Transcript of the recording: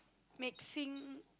mixing